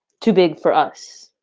too big for us.